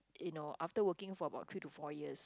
you know after working for about three to four years